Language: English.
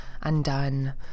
undone